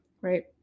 right